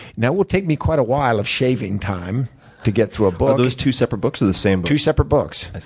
and that will take me quite a while of shaving time to get through a book. are those two separate books or the same book? two separate books.